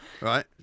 Right